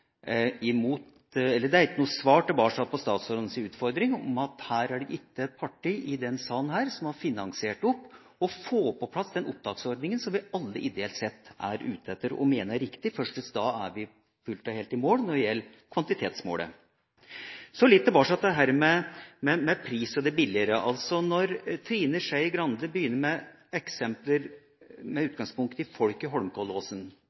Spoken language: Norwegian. svar tilbake på statsrådens utfordring om at det ikke er ett parti i denne salen som har finansiert opp og fått på plass den opptaksordninga som vi alle ideelt sett er ute etter og mener er riktig. Først da er vi fullt og helt i mål når det gjelder kvantitetsmålet. Så litt tilbake til pris og billigere barnehage. Når Trine Skei Grande begynner med eksempler med utgangspunkt i